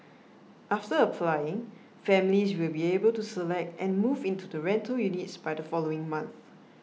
after applying families will be able to select and move into the rental units by the following month